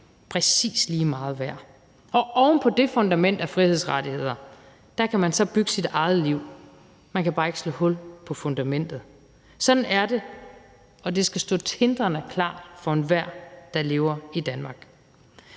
præcis lige meget værd. Og oven på det fundament af frihedsrettigheder kan man så bygge sit eget liv. Man kan bare ikke slå hul på fundamentet. Sådan er det, og det skal stå tindrende klart for enhver, der lever i Danmark.